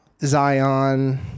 zion